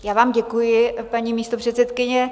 Já vám děkuji, paní místopředsedkyně.